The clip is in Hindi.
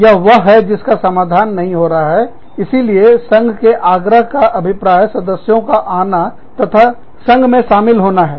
यह वह है जिसका समाधान नहीं हो रहा है इसीलिए संघ के आग्रह का अभिप्राय सदस्यों आना तथा संघ में शामिल होना है